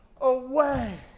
away